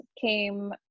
came